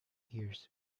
ears